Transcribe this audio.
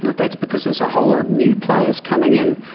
that's because there's a whole lot of new players coming in,